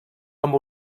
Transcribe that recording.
amb